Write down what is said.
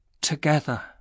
together